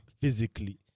physically